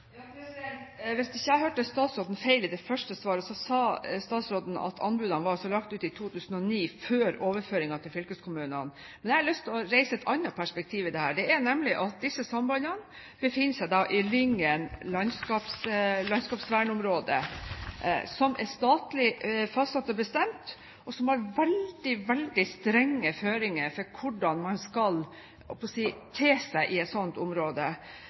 Hvis jeg ikke hørte feil, sa statsråden i det første svaret at anbudene var lagt ut i 2009 – før overføringen til fylkeskommunene. Men jeg har lyst til å reise et annet perspektiv i dette, nemlig at disse sambandene befinner seg i Lyngen landskapsvernområde, som er statlig fastsatt og bestemt, og som har veldig, veldig strenge føringer for hvordan man skal – jeg holdt på å si – te seg i et sånt område.